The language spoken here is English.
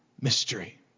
mystery